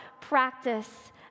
practice